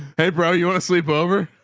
hey bro. you want to sleep over?